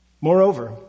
Moreover